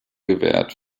gewährt